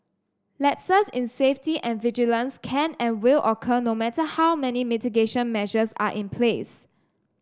lapses in safety and vigilance can and will occur no matter how many mitigation measures are in place